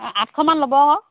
আঠশ মান ল'ব